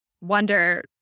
wonder